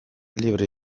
libre